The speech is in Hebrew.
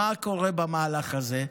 מה קורה במהלך הזה?